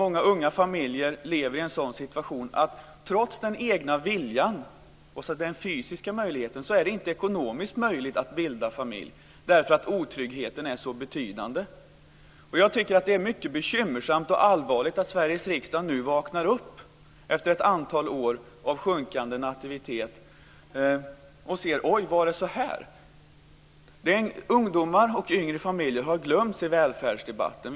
Många unga familjer lever i en sådan situation att det, trots den egna viljan och den fysiska möjligheten, inte är ekonomiskt möjligt att bilda familj därför att otryggheten är så betydande. Jag tycker att det är mycket bekymmersamt och allvarligt att Sveriges riksdag nu vaknar upp efter ett antal år av sjunkande nativitet och ser: Oj, var det så här? Ungdomar och yngre familjer har glömts bort i välfärdsdebatten.